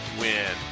win